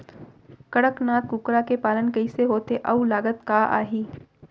कड़कनाथ कुकरा के पालन कइसे होथे अऊ लागत का आही?